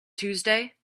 tuesday